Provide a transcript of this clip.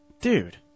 Dude